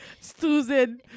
Susan